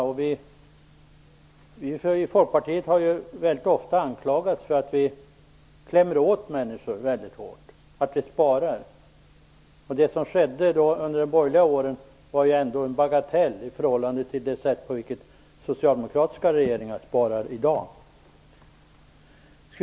Vi i Folkpartiet har ofta anklagats för att klämma åt människor väldigt hårt när vi sparar. Det som skedde under de borgerliga åren var ändå en bagatell i förhållande till det sätt på vilket socialdemokratiska regeringar sparar i dag.